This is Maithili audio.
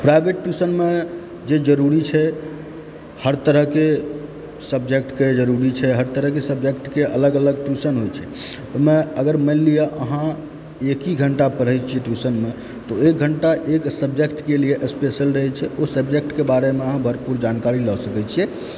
प्राइवेट ट्यूशनमे जे जरुरी छै हर तरहकेँ सब्जेक्टक जरुरी छै हर तरहकेँ सब्जेक्टके अलग अलग ट्यूशन होइ छै ओहिमे अगर मानि लिअ अहाँ एक ही घण्टा पढ़य छी ट्यूशनमे तऽ ओ एक घंटा एक सब्जेक्टके लिए स्पेशल रहय छै ओ सब्जेक्टके बारेमे अहाँ भरपूर जानकारी लऽ सकय छियै